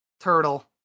turtle